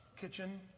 kitchen